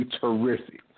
terrific